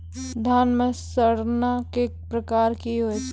धान म सड़ना कै प्रकार के होय छै?